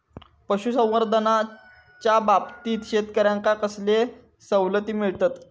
पशुसंवर्धनाच्याबाबतीत शेतकऱ्यांका कसले सवलती मिळतत?